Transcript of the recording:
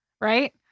right